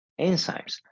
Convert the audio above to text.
enzymes